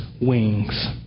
wings